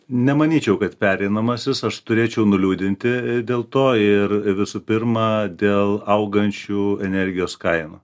nemanyčiau kad pereinamasis aš turėčiau nuliūdinti dėl to ir visų pirma dėl augančių energijos kainų